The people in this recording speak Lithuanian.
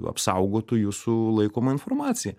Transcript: apsaugotų jūsų laikomą informaciją